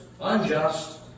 unjust